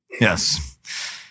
Yes